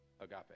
agape